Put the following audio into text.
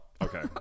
Okay